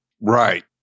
Right